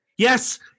Yes